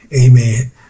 Amen